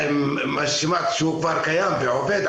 מבחינתנו כראשי רשויות ונציגי ציבור,